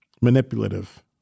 manipulative